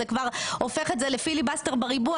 זה כבר הופך את זה לפיליבסטר בריבוע.